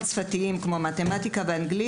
שאינם מתבססים על השפה העברית מתמטיקה ואנגלית